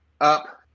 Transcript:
up